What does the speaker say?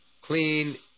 clean